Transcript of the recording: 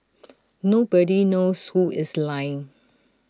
nobody knows who is lying